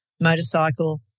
motorcycle